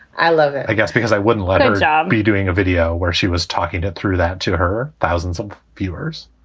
i love it, i guess because i wouldn't let her be doing a video where she was talking to through that to her thousands of viewers.